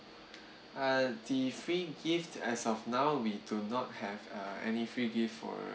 uh the free gift as of now we do not have a any free gift for